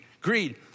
greed